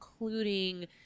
including